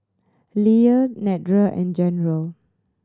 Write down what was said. Leah Nedra and General